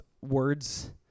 words